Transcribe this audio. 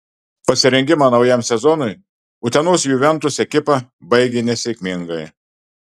pasirengimą naujam sezonui utenos juventus ekipa baigė nesėkmingai